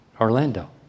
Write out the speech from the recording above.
Orlando